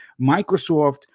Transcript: Microsoft